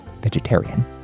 Vegetarian